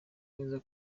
mwiza